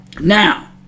Now